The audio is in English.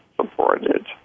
supported